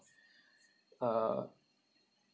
uh